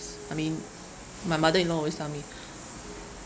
I mean my mother in law always tell me